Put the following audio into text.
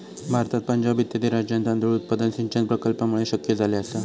भारतात पंजाब इत्यादी राज्यांत तांदूळ उत्पादन सिंचन प्रकल्पांमुळे शक्य झाले आसा